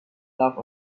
love